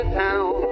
town